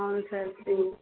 అవును sir free